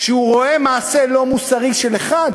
כשהוא רואה מעשה לא מוסרי של אחד,